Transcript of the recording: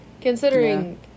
considering